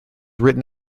written